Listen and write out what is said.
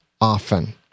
often